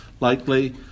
likely